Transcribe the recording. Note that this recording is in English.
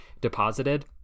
deposited